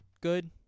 good